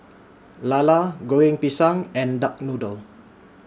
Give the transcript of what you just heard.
Lala Goreng Pisang and Duck Noodle